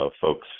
folks